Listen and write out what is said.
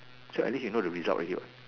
so at least you know the result already what